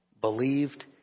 believed